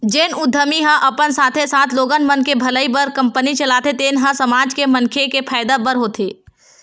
जेन उद्यमी ह अपन साथे साथे लोगन मन के भलई बर कंपनी चलाथे तेन ह समाज के मनखे के फायदा बर होथे